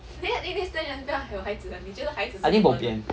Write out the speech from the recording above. I think bopian